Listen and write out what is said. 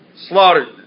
slaughtered